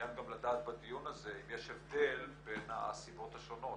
מעוניין גם לדעת בדיון הזה אם יש הבדל בין הסיבות השונות,